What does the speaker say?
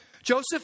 Joseph